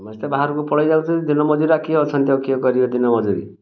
ସମସ୍ତେ ବାହାରକୁ ପଳେଇ ଯାଉଛନ୍ତି ଦିନ ମଜୁରିଆ କିଏ ଅଛନ୍ତି ଆଉ କିଏ କରିବେ ଦିନ ମଜୁରୀ